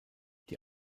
die